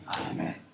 Amen